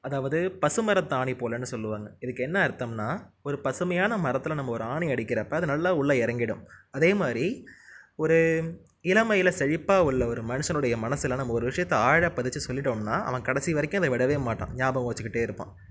அதாவது பசுமரத்தாணி போலன்னு சொல்லுவாங்க இதுக்கு என்ன அர்த்தம்ன்னா ஒரு பசுமையான மரத்தில் நம்ம ஒரு ஆணி அடிக்கிறப்ப அது நல்லா உள்ள இறங்கிடும் அதே மாதிரி ஒரு இளமையில் செழிப்பாக உள்ள மனுஷனோடைய மனதில நம்ம ஒரு விஷயத்தை ஆழ பதிச்சி சொல்லிட்டோம்னா அவன் கடைசி வரைக்கும் அதை விடவே மாட்டான் நியாபகம் வச்சிக்கிட்டே இருப்பான்